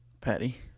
Patty